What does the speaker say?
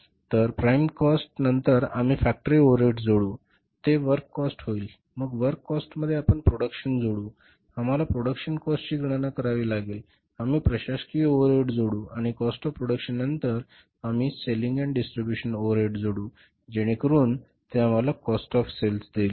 तर prime cost नंतर आम्ही फॅक्टरी ओव्हरहेड्स जोडू ते वर्क कॉस्ट होईल मग वर्क कॉस्टमध्ये आपण प्रॉडक्शन जोडू आम्हाला प्रॉडक्शन काॅस्टची गणना करावी लागेल आम्ही प्रशासकीय ओव्हरहेड्स जोडू आणि काॅस्ट ऑफ प्रोडक्शन नंतर आम्ही सेलींग एन्ड डिस्ट्रिब्युशन ओव्हरहेड्स जोडू जेणेकरून ते आम्हाला काॅस्ट ऑफ सेल देईल